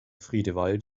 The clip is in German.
friedewald